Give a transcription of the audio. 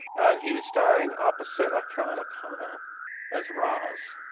and he was starring opposite caroline o'connor as roz.